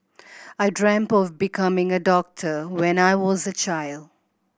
I dreamt of becoming a doctor when I was a child